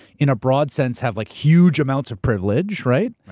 in a broad sense have like huge amounts of privilege, right?